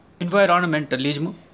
environmentalism